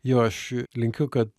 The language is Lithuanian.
jo aš a linkiu kad